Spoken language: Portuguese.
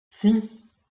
sim